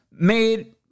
made